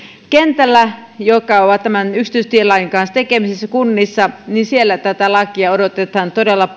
kentällä jossa ollaan tämän yksityistielain kanssa tekemisissä kunnissa tätä lakia odotetaan todella